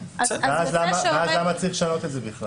ואז למה צריך לשנות את זה בכלל.